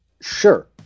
Sure